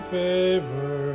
favor